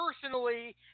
personally